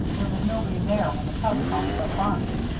there was nobody there when the tug come but barney.